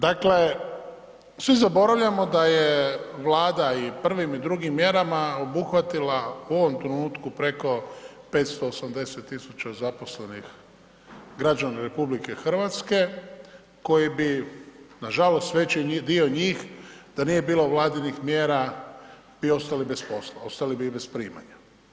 Dakle, svi zaboravljamo da Vlada prvim i drugim mjerama obuhvatila u ovom trenutku preko 580.000 zaposlenih građana RH koji bi nažalost veći dio njih da nije bilo vladinih mjera bi ostali bez posla, ostali bi i bez primanja.